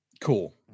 Cool